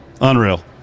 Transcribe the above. Unreal